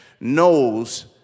knows